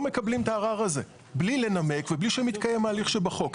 מקבלים את הערר הזה בלי לנמק ובלי שמתקיים ההליך שבחוק.